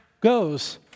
goes